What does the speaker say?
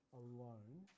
alone